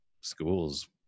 Schools